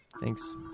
thanks